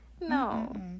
No